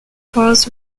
cars